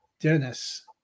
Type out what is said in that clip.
Dennis